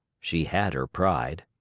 she had her pride.